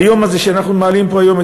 ביום הזה פה היום,